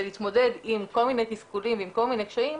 להתמודד עם כל מיני תסכולים וכל מיני קשיים,